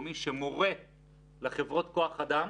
טלאים, כלומר "אוקיי,